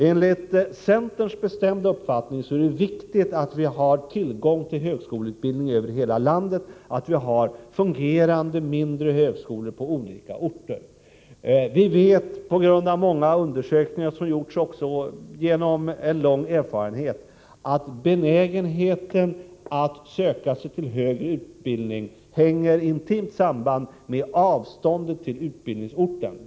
Enligt centerns bestämda uppfattning är det viktigt att vi får tillgång till högskoleutbildning över hela landet, att vi har fungerande mindre högskolor på olika orter. Vi vet tack vare många undersökningar som har gjorts liksom genom lång erfarenhet att benägenheten att söka sig till högre utbildning hänger intimt samman med avståndet till utbildningsorten.